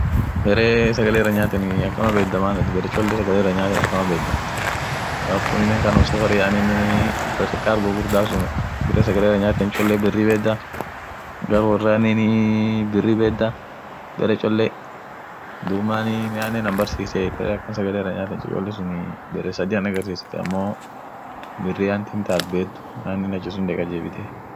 Vitnamini ada ishia biria won akii litreature faa jira aminen shereeene hinkabdi dumi tadibine won ishin sherekeetu luna new year yedeni won sune hishereketi tun amine kabila achisun jirtuu shatama afur ak nam wolba afanum issa dubeta iyo akinin iishuu iyo aminen ada isa kabuu dumi taa groupusun tok tadibii maka ishia mongtan nadif iyo ama the karr yedeni